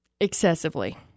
excessively